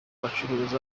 bacuruzi